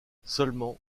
seulement